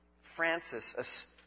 Francis